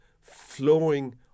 flowing